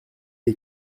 est